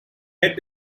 head